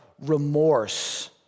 remorse